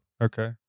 Okay